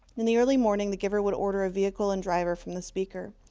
in the early morning, the giver would order a vehicle and driver from the speaker.